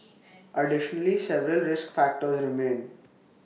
additionally several risk factors remain